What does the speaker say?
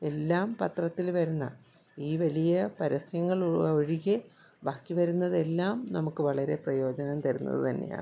എല്ലാം പത്രത്തിൽ വരുന്ന ഈ വലിയ പരസ്യങ്ങൾ ഒഴികെ ബാക്കി വരുന്നതെല്ലാം നമുക്ക് വളരെ പ്രയോജനം തരുന്നത് തന്നെയാണ്